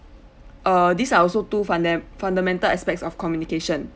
err these are also two funda~ fundamental aspects of communication